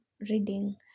reading